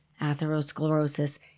atherosclerosis